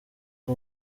ari